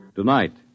Tonight